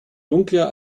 dunkler